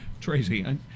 Tracy